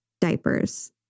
diapers